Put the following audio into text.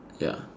ya